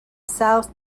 south